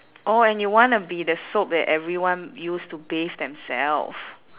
oh and you wanna be the soap that everyone use to bathe themself